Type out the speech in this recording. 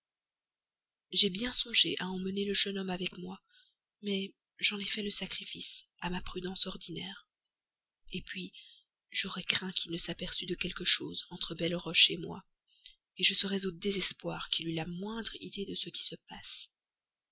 j'ai bien songé à emmener le jeune homme avec moi mais j'en ai fait le sacrifice à ma prudence ordinaire puis j'aurais craint qu'il ne s'aperçût de quelque chose entre belleroche moi je serais au désespoir qu'il eût la moindre idée de ce qui se passe